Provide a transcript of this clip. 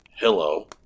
Hello